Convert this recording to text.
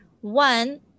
one